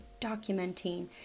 documenting